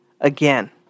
again